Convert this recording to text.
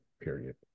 period